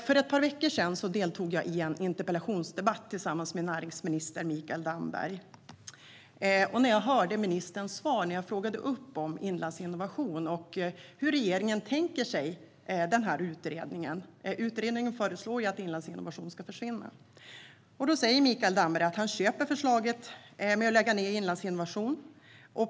För ett par veckor sedan deltog jag i en interpellationsdebatt med näringsminister Mikael Damberg. När jag frågade om Inlandsinnovation och om hur regeringen tänker om utredningen, som föreslår att Inlandsinnovation ska försvinna, svarade Mikael Damberg att han köper förslaget att lägga ned Inlandsinnovation.